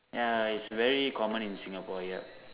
ya is very common in Singapore here